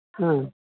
ആ